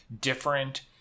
different